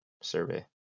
survey